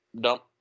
dump